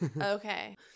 okay